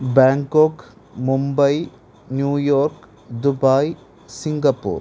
Bangkok Mumbai New York Dubai Singapore